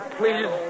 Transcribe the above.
please